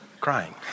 crying